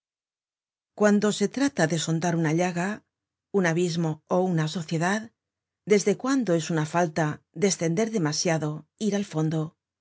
cuando se trata de sondar una llaga un abismo ó una sociedad desde cuándo es una falta descender demasiado ir al fondo